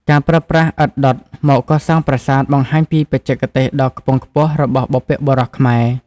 ការប្រើប្រាស់ឥដ្ឋដុតមកកសាងប្រាសាទ បង្ហាញពីបច្ចេកទេសដ៏ខ្ពង់ខ្ពស់របស់បុព្វបុរសខ្មែរ។